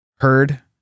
heard